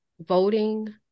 voting